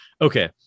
okay